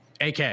ak